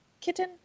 kitten